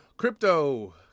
Crypto